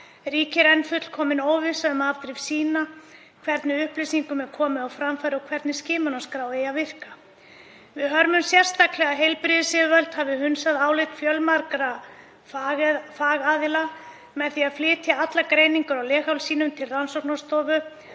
ríkir enn fullkomin óvissa um afdrif sýna, hvernig upplýsingum er komið á framfæri og hvernig skimunarskrá eigi að virka. Við hörmum sérstaklega að heilbrigðisyfirvöld hafi hunsað álit fjölmargra fagaðila með því að flytja allar greiningar á leghálssýnum til rannsóknastofu